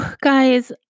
Guys